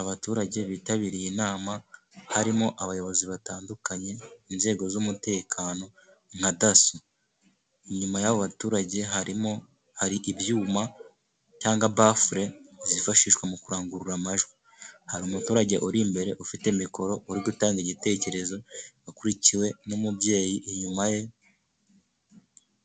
Abaturage bitabiriye inama harimo abayobozi batandukanye, inzego z'umutekano nka daso, inyuma y'aba baturage hari ibyuma cyangwa bafure zifashishwa mu kurangurura amajwi, hari umuturage uri imbere ufite mikoro uri gutanga igitekerezo, akurikiwe n'umubyeyi inyuma ye